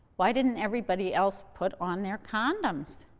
why didn't everybody else put on their condoms?